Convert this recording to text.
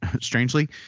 strangely